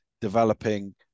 developing